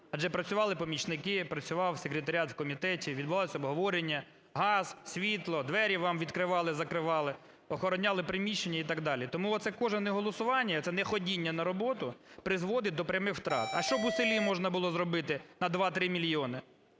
адже працювали помічники, працював секретаріат в комітеті, відбувалося обговорення, газ, світло, двері вам відкривали-закривали, охороняли приміщення і так далі. Тому оце кожне неголосування і це неходіння на роботу призводить до прямих втрат. А що б у селі можна було зробити на 2-3 мільйони?